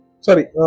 sorry